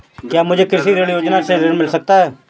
क्या मुझे कृषि ऋण योजना से ऋण मिल सकता है?